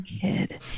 kid